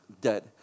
dead